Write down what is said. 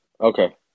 Okay